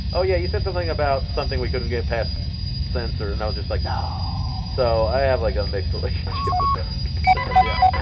oh, yeah. you said something about something we couldn't get past censor. and i was just like. no so i have, like, a mixed relationship with them yeah.